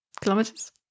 kilometers